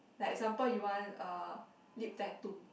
like example you want uh lip tattoo